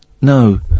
No